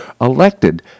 elected